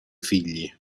figli